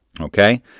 Okay